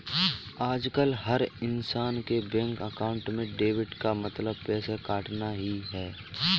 आजकल हर इन्सान के बैंक अकाउंट में डेबिट का मतलब पैसे कटना ही है